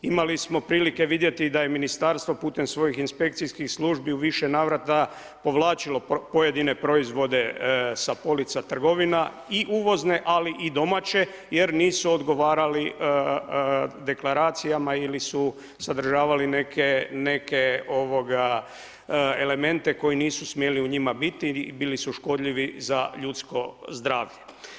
Imali smo prilike vidjeti da je Ministarstvo putem svojih inspekcijskih službi u više navrata povlačilo pojedine proizvode sa polica trgovina i uvozne ali i domaće jer nisu odgovarali deklaracijama ili su sadržavali neke elemente koji nisu smjeli u njima biti i bili su škodljivi za ljudsko zdravlje.